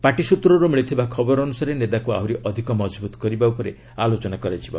party ସୂତ୍ରରୁ ମିଳିଥିବା ଖବର ଅନୁସାରେ ନେଦାକୁ ଆହୁରି ଅଧିକ ମଜବୁତ କରିବା ଉପରେ ଆଲୋଚନା କରାଯିବ